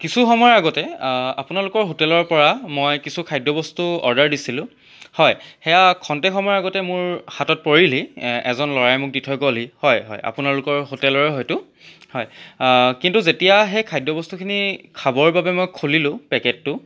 কিছু সময় আগতে আপোনালোকৰ হোটেলৰ পৰা মই কিছু খাদ্য বস্তু অৰ্ডাৰ দিছিলোঁ হয় সেয়া ক্ষন্তেক সময়ৰ আগতে মোৰ হাতত পৰিলহি এজন ল'ৰাই মোক দি থৈ গ'লহি হয় হয় আপোনলোকৰ হোটেলৰে হয়তো হয় কিন্তু যেতিয়া সেই খাদ্য বস্তুখিনি খাবৰ বাবে মই খুলিলোঁ পেকেটটো